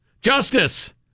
justice